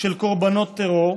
של קורבנות טרור,